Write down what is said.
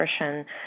nutrition